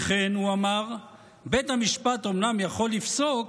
וכן הוא אמר: "בית המשפט אומנם יכול לפסוק,